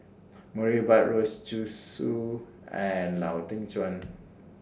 Murray Buttrose Zhu Xu and Lau Teng Chuan